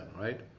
right